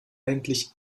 eigentlich